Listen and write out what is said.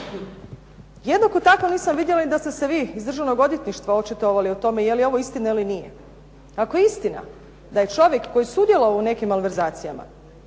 Jednako tako nisam vidjela ni da ste se vi iz Državnog odvjetništva očitovali o tome, je li ovo istina ili nije? Ako je istina, da je čovjek koji je sudjelovao u nekim maleverzacijama,